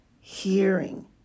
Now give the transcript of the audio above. hearing